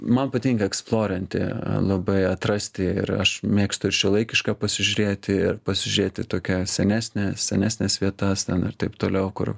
man patinka eksplorinti labai atrasti ir aš mėgstu ir šiuolaikišką pasižiūrėti ir pasižiūrėti tokią senesnę senesnes vietas ten ir taip toliau kur